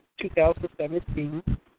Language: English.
2017